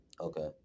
Okay